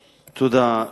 תודה,